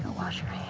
wash your